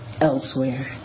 elsewhere